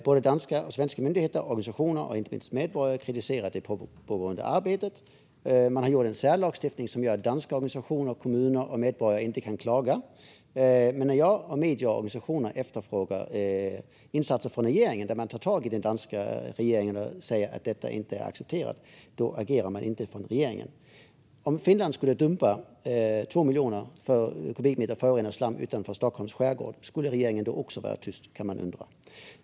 Både danska och svenska myndigheter, organisationer och inte minst medborgare kritiserar det pågående arbetet. Men man har beslutat om en särlagstiftning som gör att danska organisationer, kommuner och medborgare inte kan klaga. Jag, medier och organisationer efterfrågar insatser från den svenska regeringen där man tar tag i den danska regeringen och säger att detta inte är accepterat. Men den svenska regeringen agerar inte. Om Finland skulle dumpa två miljoner kubikmeter förorenat slam utanför Stockholms skärgård, skulle regeringen vara tyst även då? Det kan man undra.